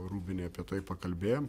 rūbinėj apie tai pakalbėjom